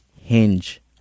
hinge